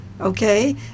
okay